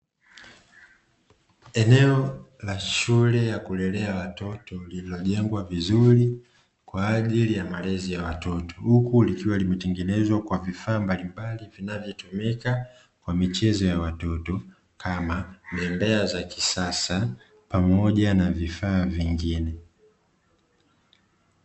Eneo la shule ya kulelea watoto imejengwa vizuri kwaajili ya malezi ya watoto huku likiwa lime tengenezwa kwa vifaa mbali mbali vinavyo tumika kwa michezo ya watoto kama bembea za kisasa pamoja na vifaa vingine.